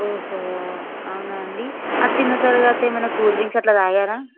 ఓహో అవునా అండి అది తిన్న తరువాత ఏమైనా కూల్ డ్రీంక్స్ అట్ల తాగారా